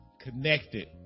connected